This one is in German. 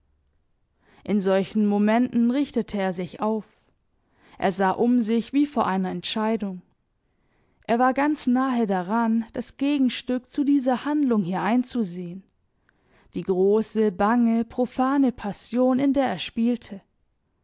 in solchen momenten richtete er sich auf er sah um sich wie vor einer entscheidung er war ganz nahe daran das gegenstück zu dieser handlung hier einzusehen die große bange profane passion in der er spielte